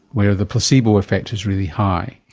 where the placebo effect is really high.